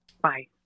Bye